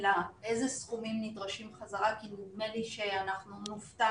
אלא איזה סכומים נדרשים חזרה כי נדמה לי שאנחנו נופתע